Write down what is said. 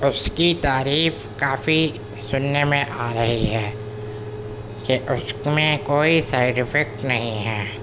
اس کی تعریف کافی سننے میں آ رہی ہے کہ اس میں کوئی سائیڈ افیکٹ نہیں ہے